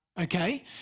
Okay